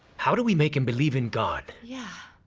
how do we make him believe in god? yeah